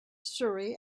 surrey